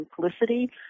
simplicity